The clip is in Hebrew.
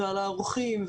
על העורכים,